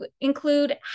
include